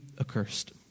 accursed